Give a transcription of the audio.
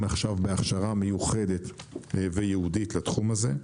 עכשיו בהכשרה מיוחדת וייעודית לתחום הזה.